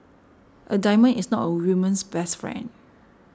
a diamond is not a woman's best friend